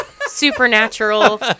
supernatural